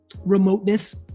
Remoteness